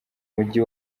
mujyi